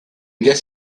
guess